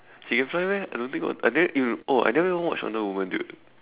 she can fly meh I don't think wo~ I think oh I didn't even watch Wonder Woman dude